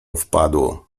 wpadł